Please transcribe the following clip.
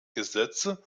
gesetze